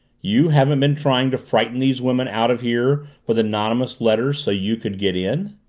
you haven't been trying to frighten these women out of here with anonymous letters so you could get in?